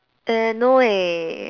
err no eh